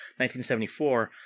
1974